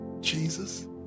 Jesus